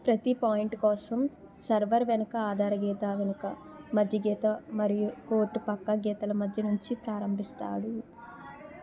ప్రతి పాయింట్ కోసం సర్వర్ వెనక ఆధారగీత వెనుక మధ్య గీత మరియు కోర్ట్ పక్క గీతల మధ్య నుంచి ప్రారంభిస్తాడు